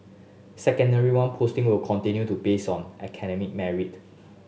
Secondary One posting will continue to be based on academic merit